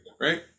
right